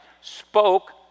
spoke